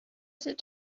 sit